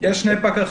יש שני פקחים.